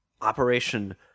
Operation